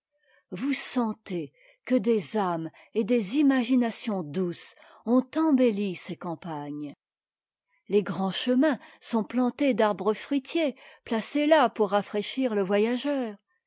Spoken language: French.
vous sentez que des âmes et des imaginations douces ont embelli ces campagnes les grands chemins sont plantés d'arbres fruitiers p acés ta pour rafraîchir le voyageur